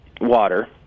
water